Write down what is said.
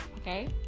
Okay